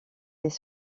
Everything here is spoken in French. des